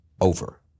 over